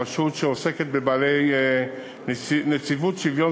הרשות שעוסקת בכך היא נציבות שוויון